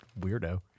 weirdo